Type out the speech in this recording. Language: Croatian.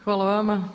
Hvala vama.